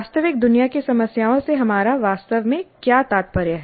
वास्तविक दुनिया की समस्याओं से हमारा वास्तव में क्या तात्पर्य है